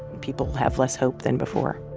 people have less hope than before